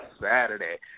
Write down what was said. Saturday